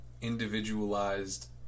individualized